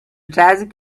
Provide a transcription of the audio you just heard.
tragic